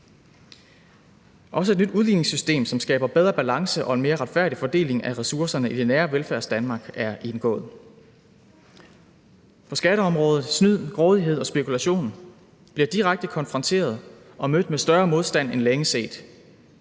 Også et nyt udligningssystem, som skaber bedre balance og en mere retfærdig fordeling af ressourcerne i det nære Velfærdsdanmark, er indgået. På skatteområdet: Snyd, grådighed og spekulation bliver direkte konfronteret og mødt med større modstand end længe set.